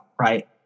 right